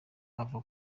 uva